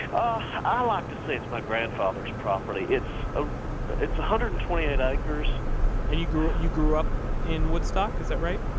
i like to say it's my grandfather's property. it's ah one hundred and twenty eight acres and you grew you grew up in woodstock, is that right?